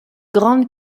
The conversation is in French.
grande